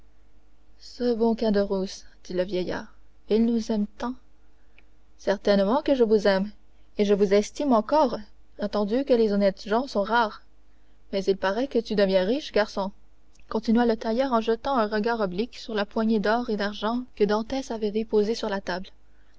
ce bon caderousse dit le vieillard il nous aime tant certainement que je vous aime et que je vous estime encore attendu que les honnêtes gens sont rares mais il paraît que tu deviens riche garçon continua le tailleur en jetant un regard oblique sur la poignée d'or et d'argent que dantès avait déposée sur la table